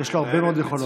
יש לו הרבה מאוד יכולות.